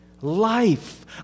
life